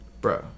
bro